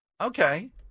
okay